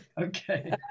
okay